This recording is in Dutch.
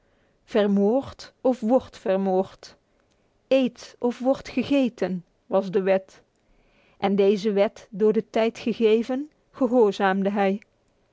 vermoord of word vermoord eet of word gegeten was de wet en deze wet door de tijd gevn horzamdij